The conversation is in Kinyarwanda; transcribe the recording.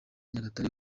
nyagatare